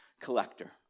collector